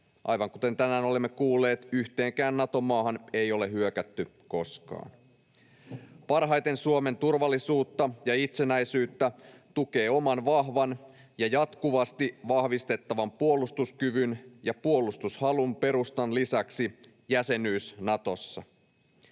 Aivan kuten tänään olemme kuulleet, yhteenkään Nato-maahan ei ole hyökätty koskaan. Parhaiten Suomen turvallisuutta ja itsenäisyyttä tukee oman vahvan ja jatkuvasti vahvistettavan puolustuskyvyn ja puolustushalun perustan lisäksi jäsenyys Natossa.